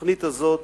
התוכנית הזאת,